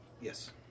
Yes